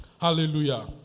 Hallelujah